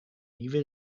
nieuwe